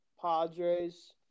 Padres